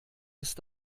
ist